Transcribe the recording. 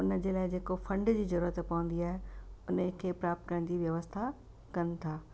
उन जे लाइ जेको फंड जी ज़रूरत पवंदी आहे उन खे प्राप्त करण जी व्यवस्था कनि था